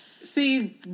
See